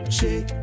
Shake